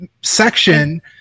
section